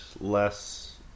less